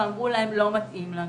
ואמרו להם שלא מתאים להם,